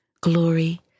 Glory